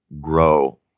grow